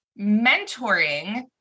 mentoring